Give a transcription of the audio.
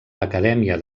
l’acadèmia